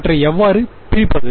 அவற்றை எவ்வாறு பிரிப்பது